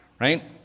right